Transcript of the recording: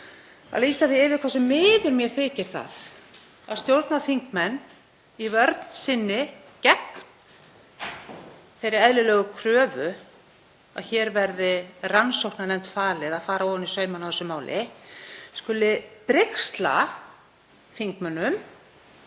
að lýsa því yfir hversu miður mér þykir það að stjórnarþingmenn, í vörn sinni gegn þeirri eðlilegu kröfu að hér verði rannsóknarnefnd falið að fara ofan í saumana á þessu máli, skuli brigsla þingmönnum,